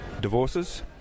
divorces